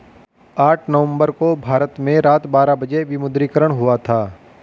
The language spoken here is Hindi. आठ नवम्बर को भारत में रात बारह बजे विमुद्रीकरण हुआ था